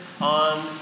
on